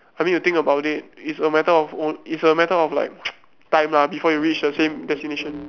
I mean you think about it it's a matter of o~ it's a matter of like time lah before you reach the same destination